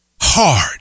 hard